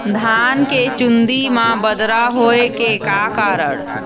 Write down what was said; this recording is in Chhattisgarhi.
धान के चुन्दी मा बदरा होय के का कारण?